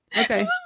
okay